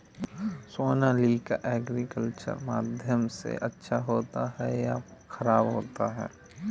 Sonalika agriculture माध्यम से अच्छा होता है या ख़राब होता है?